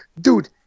dude